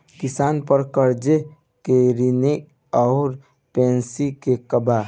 किसान पर क़र्ज़े के श्रेइ आउर पेई के बा?